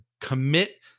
commit –